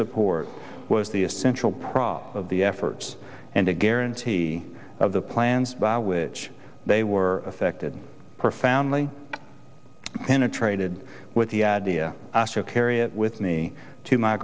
support was the essential prop of the efforts and a guarantee of the plans by which they were affected profoundly penetrated with the idea of carry it with me to my